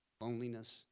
loneliness